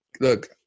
look